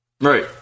Right